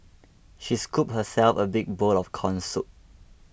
she scooped herself a big bowl of Corn Soup